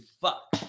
fuck